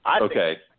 Okay